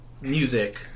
music